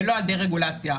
ולא דה-רגולציה.